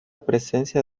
presencia